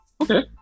Okay